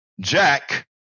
Jack